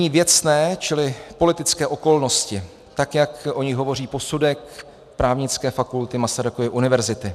Nyní věcné, čili politické okolnosti, tak jak o nich hovoří posudek Právnické fakulty Masarykovy univerzity.